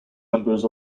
numbers